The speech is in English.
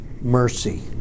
mercy